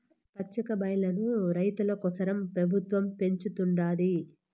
పచ్చికబయల్లను రైతుల కోసరం పెబుత్వం పెంచుతుండాది